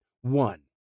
One